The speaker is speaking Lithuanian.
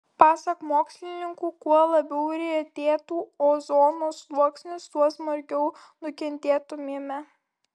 pasak mokslininkų kuo labiau retėtų ozono sluoksnis tuo smarkiau nukentėtumėme